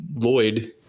Lloyd